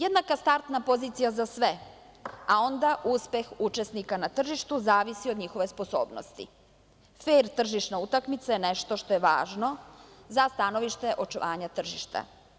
Jednaka startna pozicija za sve, a onda uspeh učesnika na tržištu zavisi od njihove sposobnosti, fer tržišna utakmica je nešto što je važno za stanovište očuvanja tržišta.